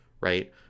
Right